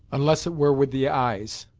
unless it were with the eyes,